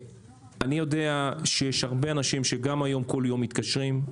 אני יודע שיש הרבה אנשים שגם היום כל יום מתקשרים,